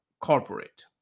corporate